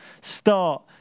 start